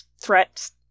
threats